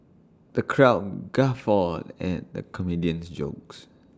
the crowd guffawed at the comedian's jokes